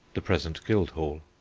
the present guildhall.